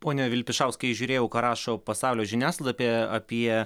pone vilpišauskai žiūrėjau ką rašo pasaulio žiniasklaida apie apie